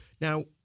Now